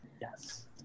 Yes